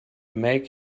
make